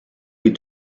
les